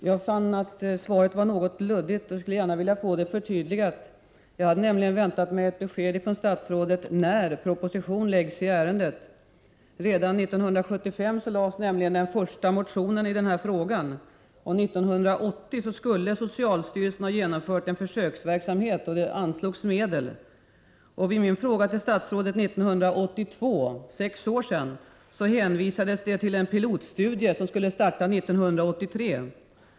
Herr talman! Jag fann att svaret var något luddigt, och jag skulle gärna vilja få det förtydligat. Jag hade nämligen förväntat mig ett besked från statsrådet om när en proposition kommer att framläggas i ärendet. Redan år 1975 väcktes den första motionen i den här frågan. 1980 skulle socialstyrelsen ha genomfört en försöksverksamhet, och det anslogs medel till detta. I svaret på min fråga till statsrådet för sex år sedan, 1982, hänvisades det till en pilotstudie som skulle starta år 1983.